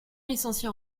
licenciés